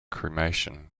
cremation